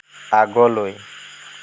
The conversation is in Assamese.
আগলৈ